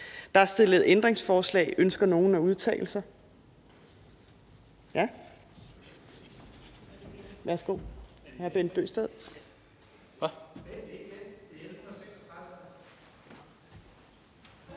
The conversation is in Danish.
Der er stillet ændringsforslag. Ønsker nogen at udtale sig?